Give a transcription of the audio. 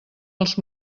els